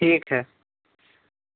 ठीक है